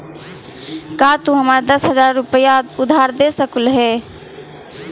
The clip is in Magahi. का तू हमारा दस हज़ार रूपए उधार दे सकलू हे?